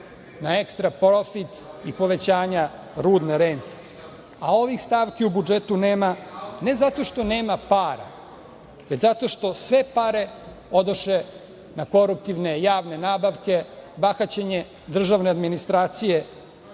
na ekstra profit i povećanja rudne rente, a ovih stavki u budžetu nema ne zato što nema para, već zato što sve pare odoše na koruptivne, javne nabavke, bahaćenje državne administracije